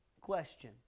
question